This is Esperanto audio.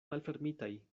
malfermitaj